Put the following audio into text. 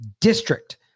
district